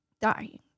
dying